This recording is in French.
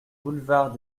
boulevard